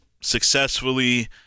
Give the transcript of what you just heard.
successfully